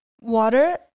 Water